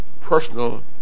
personal